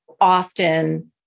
often